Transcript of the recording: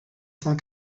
cent